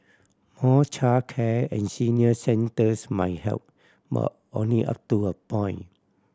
more childcare and senior centres might help but only up to a point